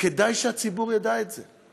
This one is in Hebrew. וכדאי שהציבור ידע את זה.